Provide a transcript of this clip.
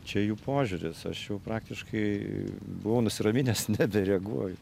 čia jų požiūris aš jau praktiškai buvau nusiraminęs nebereaguoju